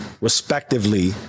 respectively